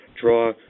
draw